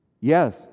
Yes